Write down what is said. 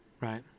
right